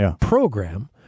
program